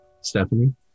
Stephanie